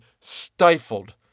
stifled